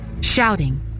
Shouting